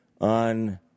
on